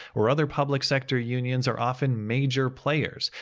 or other public sector unions are often major players,